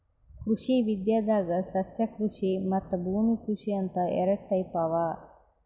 ಕೃಷಿ ವಿದ್ಯೆದಾಗ್ ಸಸ್ಯಕೃಷಿ ಮತ್ತ್ ಭೂಮಿ ಕೃಷಿ ಅಂತ್ ಎರಡ ಟೈಪ್ ಅವಾ